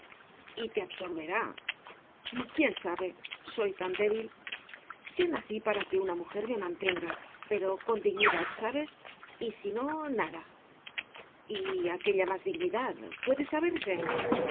y te absorberá quién sabe soy tan débil yo nací para que una mujer me mantenga pero con dignidad sabes y si no nada y a qué llamas dignidad puede saberse